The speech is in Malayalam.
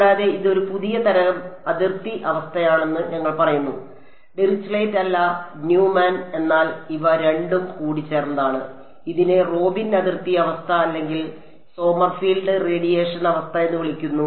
കൂടാതെ ഇത് ഒരു പുതിയ തരം അതിർത്തി അവസ്ഥയാണെന്ന് ഞങ്ങൾ പറയുന്നു ഡിറിച്ലെറ്റ് അല്ല ന്യൂമാൻ എന്നാൽ ഇവ രണ്ടും കൂടിച്ചേർന്നതാണ് ഇതിനെ റോബിൻ അതിർത്തി അവസ്ഥ അല്ലെങ്കിൽ സോമർഫീൽഡ് റേഡിയേഷൻ അവസ്ഥ എന്ന് വിളിക്കുന്നു